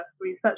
research